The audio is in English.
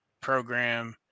program